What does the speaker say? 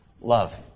love